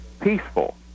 peaceful